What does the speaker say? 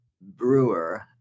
Brewer